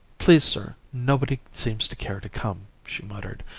please, sir, nobody seems to care to come she muttered,